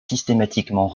systématiquement